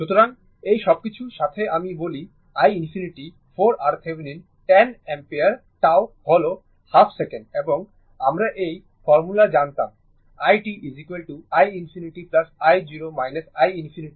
সুতরাং এই সবকিছুর সাথে আমি বলি i ∞ 4 RThevenin 10 Ω τ হল হাফ সেকেন্ড এবং আমরা এই ফর্মুলা জানতাম i t i ∞ i0 i ∞ e t